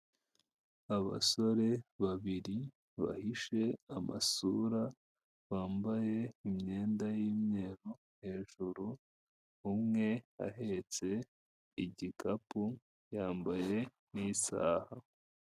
Abasore babiri bahishe amasura, bambaye imyenda y'imyeru hejuru, umwe ahetse igikapu yambaye n'isaha.